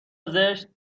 زشت